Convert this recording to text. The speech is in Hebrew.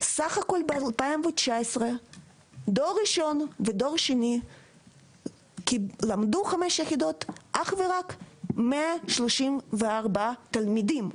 סך הכול ב-2019 דור ראשון ודור שני למדו חמש יחידות אך ורק 134 תלמידים,